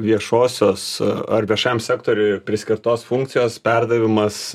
viešosios ar viešam sektoriui priskirtos funkcijos perdavimas